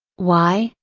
why,